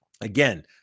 again